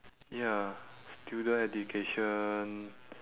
ya student education